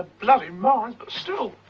bloody minds, but still.